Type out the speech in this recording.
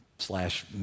Slash